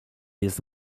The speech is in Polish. jest